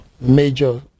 major